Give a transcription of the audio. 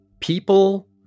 people